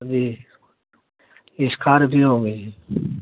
جی Scorpio ہو گئی